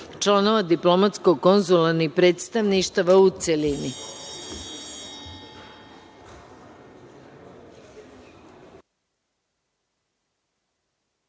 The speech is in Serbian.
članova diplomatsko-konzularnih predstavništava u